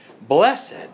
blessed